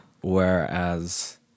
Whereas